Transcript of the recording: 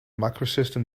macrosystem